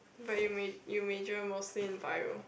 but you may major mostly in bio